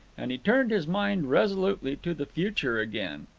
and he turned his mind resolutely to the future again.